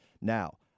Now